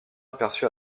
aperçu